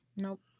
Nope